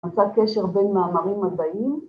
‫למצוא קשר בין מאמרים הבאים.